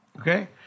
Okay